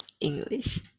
English